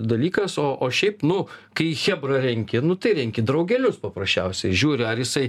dalykas o o šiaip nu kai chebrą renki nu tai renki draugelius paprasčiausiai žiūri ar jisai